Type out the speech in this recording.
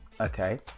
Okay